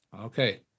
Okay